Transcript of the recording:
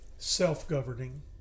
self-governing